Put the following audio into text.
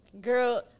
Girl